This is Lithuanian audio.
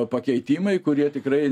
pakeitimai kurie tikrai